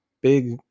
big